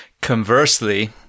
Conversely